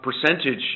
percentage